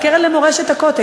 הקרן למורשת הכותל,